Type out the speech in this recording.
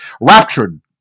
raptured